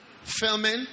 filming